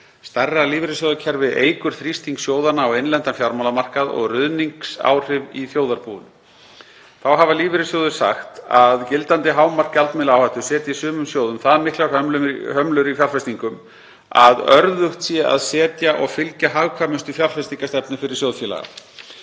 Stærra lífeyrissjóðakerfi eykur þrýsting sjóðanna á innlendan fjármálamarkað og ruðningsáhrif í þjóðarbúinu. Þá hafa lífeyrissjóðir sagt að gildandi hámark gjaldmiðlaáhættu setji sumum sjóðum það miklar hömlur í fjárfestingum að örðugt sé að setja og fylgja hagkvæmustu fjárfestingarstefnu fyrir sjóðfélaga.